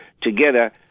together